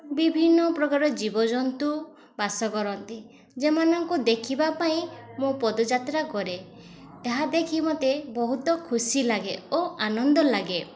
ବିଭିନ୍ନପ୍ରକାର ଜୀବଜନ୍ତୁ ବାସ କରନ୍ତି ଯେଉଁମାନଙ୍କୁ ଦେଖିବା ପାଇଁ ମୁଁ ପଦଯାତ୍ରା କରେ ତାହା ଦେଖି ମୋତେ ବହୁତ ଖୁସି ଲାଗେ ଓ ଆନନ୍ଦ ଲାଗେ